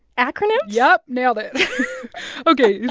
acronyms? yup, nailed it ok.